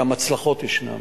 גם הצלחות ישנן.